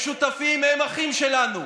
הם שותפים, הם אחים שלנו.